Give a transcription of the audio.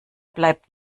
bleibt